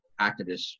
activists